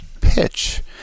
pitch